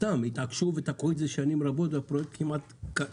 סתם התעקשו ותקעו את זה שנים רבות והפרויקט אולי,